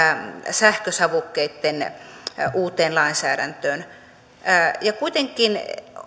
sähkösavukkeitten uuteen lainsäädäntöön kun kuitenkin